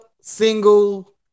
single